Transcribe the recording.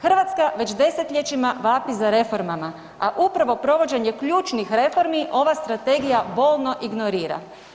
Hrvatska već desetljećima vapi za reformama a upravo provođenje ključnih reforma, ova strategija bolno ignorira.